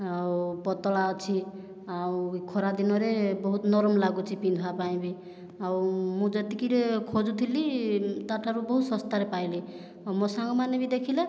ଆଉ ପତଳା ଅଛି ଆଉ ବି ଖରା ଦିନରେ ବହୁତ ନରମ ଲାଗୁଛି ପିନ୍ଧିବା ପାଇଁ ବି ଆଉ ମୁଁ ଯେତିକିରେ ଖୋଜୁଥିଲି ତାଠାରୁ ବହୁତ ଶସ୍ତାରେ ପାଇଲି ମୋ ସାଙ୍ଗମାନେ ବି ଦେଖିଲେ